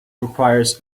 requires